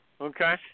Okay